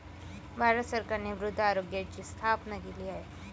भारत सरकारने मृदा आरोग्याची स्थापना केली आहे